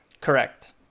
Correct